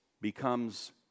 becomes